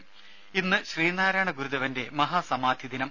രുമ ഇന്ന് ശ്രീനാരായണ ഗുരുദേവന്റെ മഹാസമാധി ദിനം